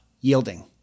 yielding